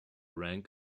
rank